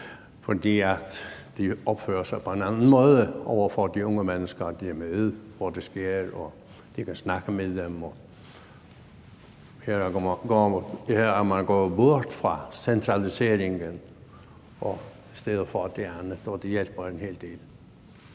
fordi de opfører sig på en anden måde over for de unge mennesker og de er med, hvor det sker, og de kan snakke med dem. Man er gået bort fra centraliseringen og har det andet, og det hjælper en hel del.